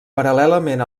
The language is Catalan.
paral·lelament